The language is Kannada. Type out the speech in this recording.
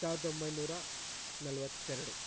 ಸಾವಿರದ ಒಂಬೈನೂರ ನಲ್ವತ್ತೆರಡು